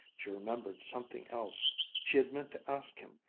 she remembered something else she had meant to ask him,